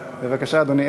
בבקשה, אדוני.